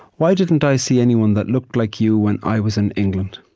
why didn't i see anyone that looked like you when i was in england?